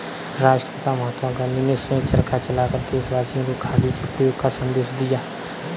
राष्ट्रपिता महात्मा गांधी ने स्वयं चरखा चलाकर देशवासियों को खादी के प्रयोग का संदेश दिया